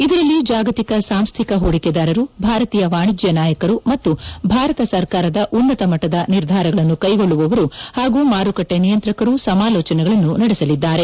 ಇದರಲ್ಲಿ ಜಾಗತಿಕ ಸಾಂಸ್ಡಿಕ ಹೂಡಿಕೆದಾರರು ಭಾರತೀಯ ವಾಣಿಜ್ಯ ನಾಯಕರು ಮತ್ತು ಭಾರತ ಸರ್ಕಾರದ ಉನ್ನತಮಟ್ಟದ ನಿರ್ಧಾರಗಳನ್ನು ಕೈಗೊಳ್ಳುವವರು ಹಾಗೂ ಮಾರುಕಟ್ಟೆ ನಿಯಂತ್ರಕರು ಸಮಾಲೋಚನೆಗಳನ್ನು ನಡೆಸಲಿದ್ದಾರೆ